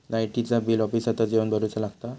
लाईटाचा बिल ऑफिसातच येवन भरुचा लागता?